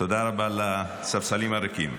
תודה רבה לספסלים הריקים.